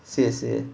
says it